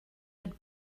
had